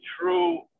true